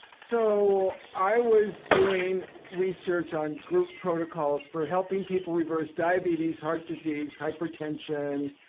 so i was doing research on group protocols for helping people reverse diabetes, heart disease, hypertension,